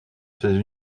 ses